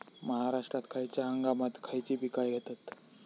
महाराष्ट्रात खयच्या हंगामांत खयची पीका घेतत?